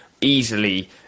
easily